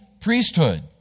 priesthood